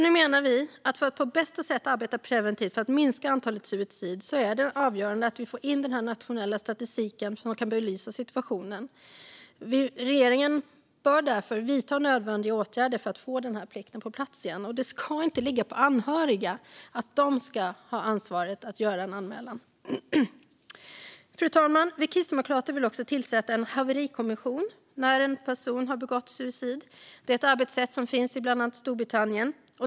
Nu menar vi att det, för att man på bästa sätt ska kunna arbeta preventivt för att minska antalet suicid, är avgörande att vi får in den nationella statistiken som kan belysa situationen. Regeringen bör därför vidta nödvändiga åtgärder för att få denna plikt på plats igen. Det ska inte ligga på anhöriga att ha ansvar för att göra en anmälan. Fru talman! Vi kristdemokrater vill också tillsätta en haverikommission när en person har begått suicid. Det är ett arbetssätt som finns i bland annat Storbritannien.